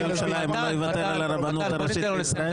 לירושלים הוא לא יוותר על הרבנות הראשית לישראל?